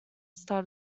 start